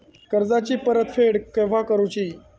कर्जाची परत फेड केव्हा करुची?